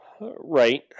Right